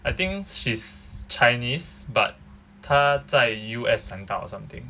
I think she's chinese but 她在 U_S 长大 or something